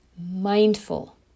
mindful